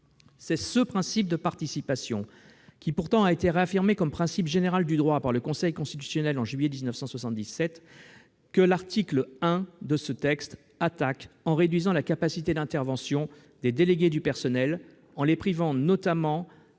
C'est ce principe de participation, qui a pourtant été réaffirmé comme principe général du droit par le Conseil constitutionnel en juillet 1977, que l'article 1 du présent projet de loi attaque en réduisant la capacité d'intervention des délégués du personnel, en les privant notamment,